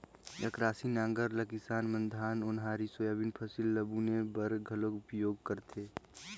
अकरासी नांगर ल किसान मन धान, ओन्हारी, सोयाबीन फसिल मन ल बुने बर घलो उपियोग करथे